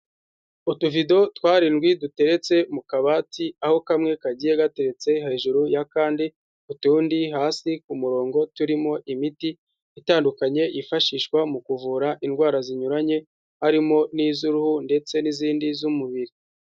Utuvido tw'arindwi duteretse mu kabati aho kamwe kagiye gateretse hejuru y'akandi, utundi hasi ku murongo turimo imiti itandukanye yifashishwa mu kuvura indwara zinyuranye harimo n'iz'uruhu ndetse n'izindi z'umubiri.